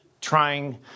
trying